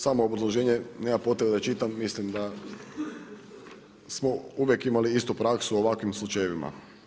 Samo obrazloženje nema potrebe da čitam, mislim da smo uvijek imali istu praksu u ovakvim slučajevima.